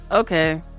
Okay